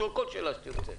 תוכל לשאול כל שאלה שתרצה.